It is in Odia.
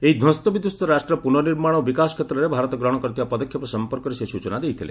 ଏହି ଧ୍ୱସ୍ତବିଧ୍ୱସ୍ତ ରାଷ୍ଟ୍ରର ପୁନର୍ନିର୍ମାଣ ଓ ବିକାଶ କ୍ଷେତ୍ରରେ ଭାରତ ଗ୍ରହଣ କରିଥିବା ପଦକ୍ଷେପ ସମ୍ପର୍କରେ ସେ ସ୍ଟଚନା ଦେଇଥିଲେ